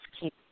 keep